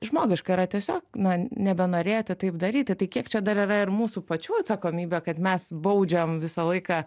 žmogiška yra tiesiog na nebenorėti taip daryti tai kiek čia dar yra ir mūsų pačių atsakomybė kad mes baudžiam visą laiką